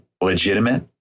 legitimate